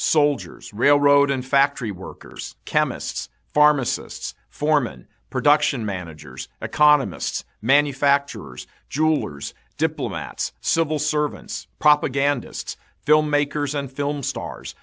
soldiers railroad and factory workers chemists pharmacists foremen production managers economists manufacturers jewelers diplomats civil servants propagandists filmmakers and film stars